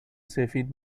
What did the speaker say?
سفید